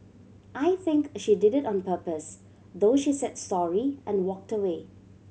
I think she did it on purpose though she said sorry and walked away